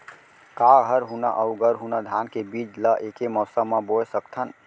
का हरहुना अऊ गरहुना धान के बीज ला ऐके मौसम मा बोए सकथन?